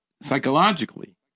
psychologically